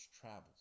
travels